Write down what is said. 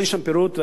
אין שם פירוט,